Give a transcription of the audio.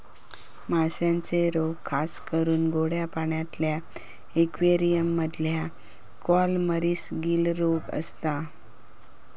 माश्यांचे रोग खासकरून गोड्या पाण्यातल्या इक्वेरियम मधल्या कॉलमरीस, गील रोग असता